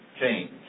change